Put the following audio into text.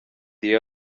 the